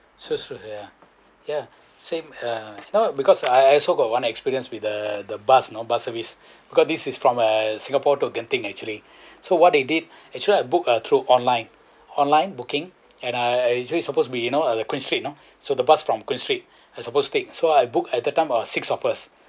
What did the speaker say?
sure sure ya same uh no because I also got one experience with the the bus you know bus service because this is from uh singapore to genting actually so what they did actually I book uh through online online booking and I actually supposed to be you know the queens street you know so the bus from queens street I supposed to take so I book at that time there was six of us